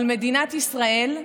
אבל מדינת ישראל,